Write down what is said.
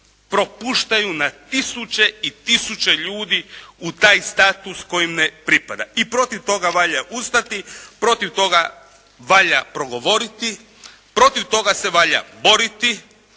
propuštaju na tisuće i tisuće ljudi u taj status koji im ne pripada i protiv toga valja ustati, protiv toga valja progovoriti, protiv toga se valja boriti,